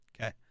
Okay